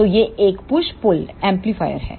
तो यह एक पुश पुल एम्पलीफायर है